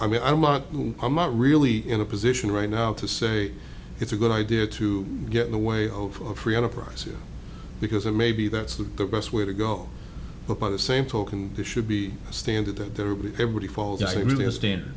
i mean i'm not i'm not really in a position right now to say it's a good idea to get in the way of a free enterprise here because a maybe that's the best way to go but by the same token there should be a standard that everybody falls just really a standard